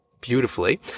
beautifully